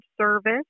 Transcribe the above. Service